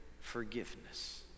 forgiveness